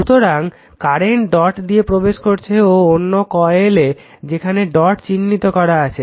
সুতরাং current dot দিয়ে প্রবেশ করছে ও অন্য কয়েলে যেখানে ডট চিহ্নিত করা আছে